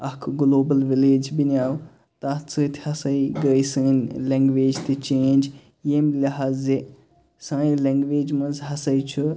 اَکھ global village بناو تَتھ سۭتۍ ہسا گٔے سٲنۍ لَنٛگویج تہِ چینج ییٚمہِ لٮ۪ہازٕ سٲنۍ لَنٛگویج منٛز ہسا چھُ